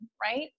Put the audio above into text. right